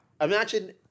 imagine